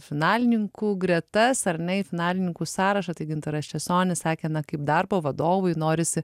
finalininkų gretas ar ne į finalininkų sąrašą tai gintaras česonis sakė na kaip darbo vadovui norisi